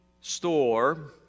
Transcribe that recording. store